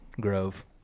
grove